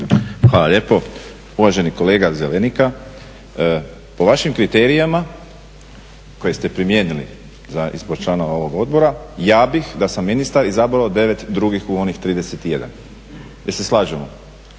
Hvala lijepo. Uvaženi kolega Zelenika, po vašim kriterijima koje ste primijenili za izbor članova ovog odbora, ja bih da sam ministar izabrao 9 drugih u onih 31. Jel se slažemo?